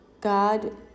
God